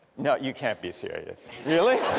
no you can't be serious really?